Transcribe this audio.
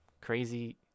crazy